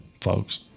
Folks